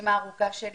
רשימה ארוכה של